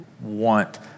want